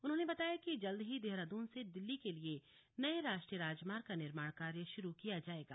उन्होंने बताया कि जल्द ही देहरादून से दिल्ली के लिए नए राष्ट्रीय राजमार्ग का निर्माण कार्य शुरू किया जाएगा